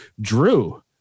Drew